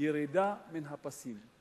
ירידה מן הפסים.